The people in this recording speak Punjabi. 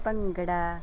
ਭੰਗੜਾ